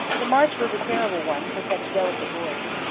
the march was a terrible one for such delicate boys.